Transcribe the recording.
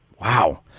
Wow